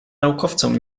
naukowcom